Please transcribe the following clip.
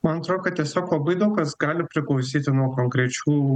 man atrodo kad tiesiog labai daug kas gali priklausyti nuo konkrečių